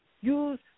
Use